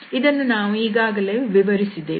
ಇದನ್ನು ನಾವು ಈಗಾಗಲೇ ವಿವರಿಸಿದ್ದೇವೆ